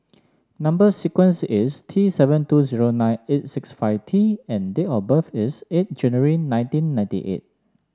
number sequence is T seven two zero nine eight six five T and date of birth is eight January nineteen ninety eight